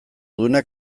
duena